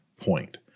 point